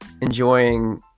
enjoying